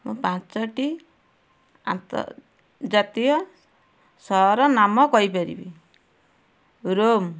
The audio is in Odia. ମୁଁ ପାଞ୍ଚଟି ଆନ୍ତର୍ଜାତୀୟ ସହର ନାମ କହିପାରିବି ରୋମ